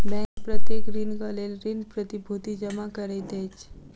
bank प्रत्येक ऋणक लेल ऋण प्रतिभूति जमा करैत अछि